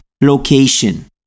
location